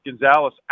Gonzalez